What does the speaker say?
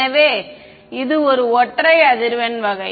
எனவே இது ஒரு ஒற்றை அதிர்வெண் வகை